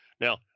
Now